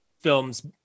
films